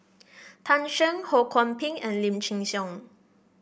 Tan Shen Ho Kwon Ping and Lim Chin Siong